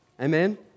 Amen